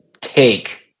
take